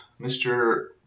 Mr